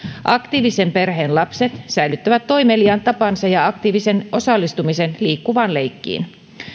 aktiivisen perheen lapset säilyttävät toimeliaan tapansa ja aktiivisen osallistumisen liikkuvaan leikkiin